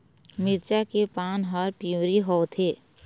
मिरचा के पान हर पिवरी होवथे?